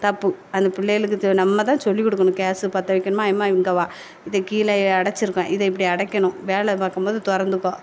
தப்பு அந்த பிள்ளையளுக்கு தே நம்ம தான் சொல்லிக் கொடுக்கணும் கேஸு பற்ற வைக்கணுமா எம்மா இங்கே வா இதை கீழே அடைச்சிருக்கோம் இதை இப்படி அடைக்கணும் வேலை பார்க்கும்போது திறந்துக்கோ